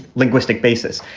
linguistic basis.